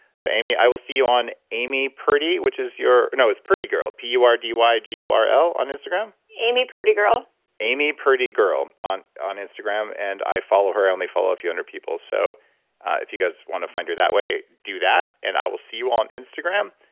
so amy, i will see you on amy pretty, which is your, no is purdy gurl. p u r d y g u r l on instagram? amy purdy gurl amy purdy gurl on on instagram. and i follow her. i only follow a few hundred people. so if you guys want to find her that way, do that and i will see you on instagram.